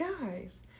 guys